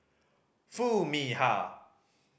Foo Mee Har